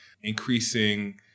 increasing